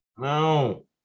No